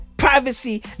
Privacy